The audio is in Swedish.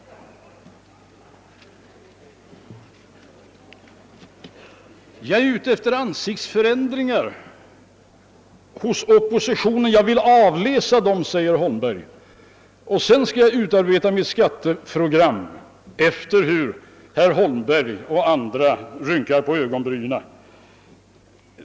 Finansministern är ute efter ansiktsförändringar inom oppositionen och vill avläsa dem innan han gör något i fråga om skatterna, sade herr Holmberg. Sedan skulle jag alltså utarbeta mitt skatteprogram med tanke på hur herr Holmberg och andra rynkar på ögonbrynen.